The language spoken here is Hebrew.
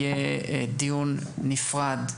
יהיה דיון נפרד,